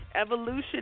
evolution